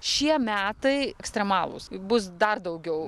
šie metai ekstremalūs bus dar daugiau